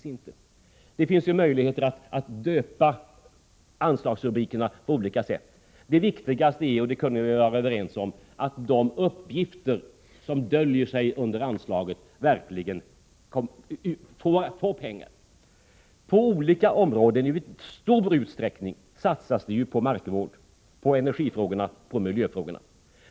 Det finns möjligheter att döpa anslagsrubrikerna på olika sätt. Det viktigaste är, och det kunde vi väl vara överens om, att pengarna verkligen går till de insatser som döljer sig under anslagsrubriken. Det satsas i stor utsträckning på markvård, på energifrågorna och på miljöfrågorna.